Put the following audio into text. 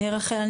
רחל,